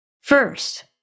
First